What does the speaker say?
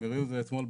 הם הראו את זה אתמול,